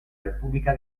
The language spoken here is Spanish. república